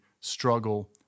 struggle